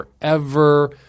forever